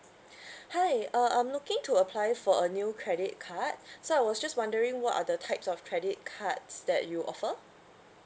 hi uh I'm looking to apply for a new credit card so I was just wondering what are the types of credit cards that you offer